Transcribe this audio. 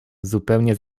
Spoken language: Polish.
zupełnie